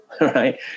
right